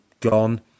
gone